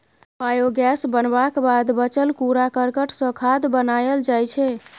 biogas बनबाक बाद बचल कुरा करकट सँ खाद बनाएल जाइ छै